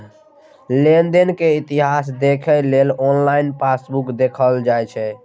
लेनदेन के इतिहास देखै लेल ऑनलाइन पासबुक देखल जा सकैए